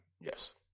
Yes